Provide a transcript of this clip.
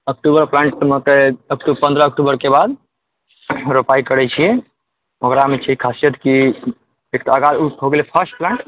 अक्टूबर फ्रन्टमे तऽ पन्द्रह अक्टुबरके बाद रोपाइ करै छियै ओकरामे छै खासियत कि